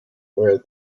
where